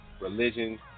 religion